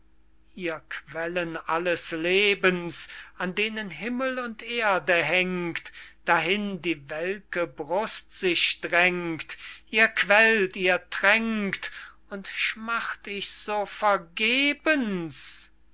ihr quellen alles lebens an denen himmel und erde hängt dahin die welke brust sich drängt ihr quellt ihr tränkt und schmacht ich so vergebens